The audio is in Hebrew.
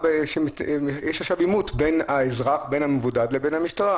יש עכשיו עימות בין האזרח המבודד לבין המשטרה.